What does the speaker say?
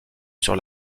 sur